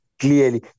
clearly